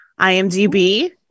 IMDb